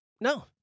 No